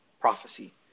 Prophecy